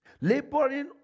Laboring